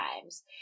times